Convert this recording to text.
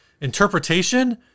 Interpretation